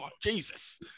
jesus